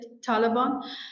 Taliban